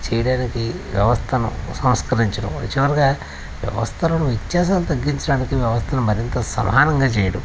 చేయడానికి వ్యవస్థను సంస్కరించవ యాక్చ్యువల్గా వ్యవస్థలో వ్యత్యాసాలు తగ్గించడానికి వ్యవస్థను మరింత సమానంగా చేయడం